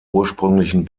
ursprünglichen